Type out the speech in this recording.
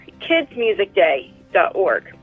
kidsmusicday.org